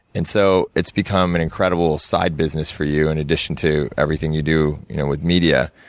and so, it's become an incredible side business for you, in addition to everything you do with media.